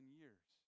years